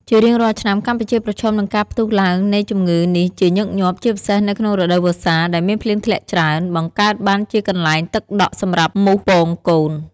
ជារៀងរាល់ឆ្នាំ កម្ពុជាប្រឈមនឹងការផ្ទុះឡើងនៃជំងឺនេះជាញឹកញាប់ ជាពិសេសនៅក្នុងរដូវវស្សា ដែលមានភ្លៀងធ្លាក់ច្រើន បង្កើតបានជាកន្លែងទឹកដក់សម្រាប់មូសពងកូន។